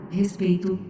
respeito